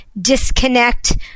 disconnect